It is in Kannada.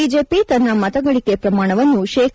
ಬಿಜೆಪಿ ತನ್ನ ಮತಗಳಿಕೆ ಪ್ರಮಾಣವನ್ನು ಶೇ